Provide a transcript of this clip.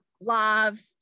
live